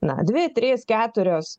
na dvi trys keturios